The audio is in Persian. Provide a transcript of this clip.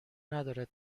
ندارد